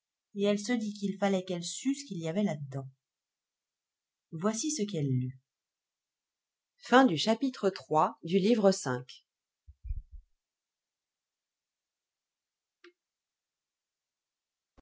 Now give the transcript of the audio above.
et elle se dit qu'il fallait qu'elle sût ce qu'il y avait là dedans voici ce qu'elle lut chapitre